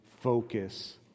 focus